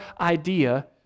idea